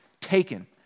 taken